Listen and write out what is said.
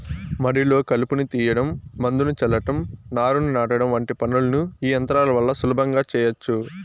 మడిలో కలుపును తీయడం, మందును చల్లటం, నారును నాటడం వంటి పనులను ఈ యంత్రాల వల్ల సులభంగా చేయచ్చు